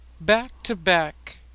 back-to-back